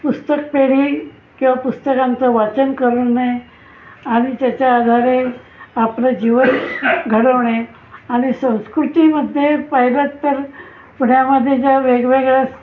पुस्तकपेढी किंवा पुस्तकांचं वाचन करणे आणि त्याच्या आधारे आपलं जीवन घडवणे आणि संस्कृतीमध्ये पहिलं तर पुण्यामध्ये ज्या वेगवेगळ्या